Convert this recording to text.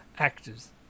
Actors